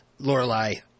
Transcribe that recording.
Lorelai